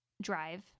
drive